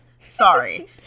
sorry